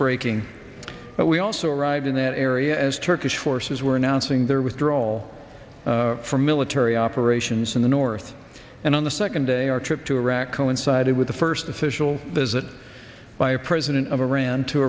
breaking but we also arrived in that area as turkish forces were announcing their withdrawal from military operations in the north and on the second day our trip to iraq coincided with the first official visit by a president of iran to